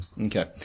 Okay